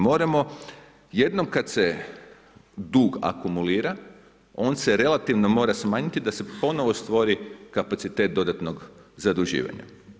Moramo, jednom kad se dug akumulira, on se relativno mora smanjiti da se ponovo stvori kapacitet dodatnog zaduživanja.